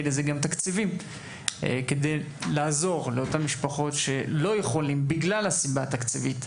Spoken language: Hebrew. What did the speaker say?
לזה גם תקציבים כדי לעזור לאותן משפחות שלא יכולות בגלל הסיבה התקציבית.